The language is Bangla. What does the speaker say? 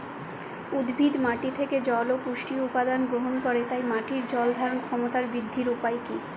উদ্ভিদ মাটি থেকে জল ও পুষ্টি উপাদান গ্রহণ করে তাই মাটির জল ধারণ ক্ষমতার বৃদ্ধির উপায় কী?